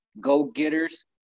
go-getters